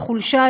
את החולשה,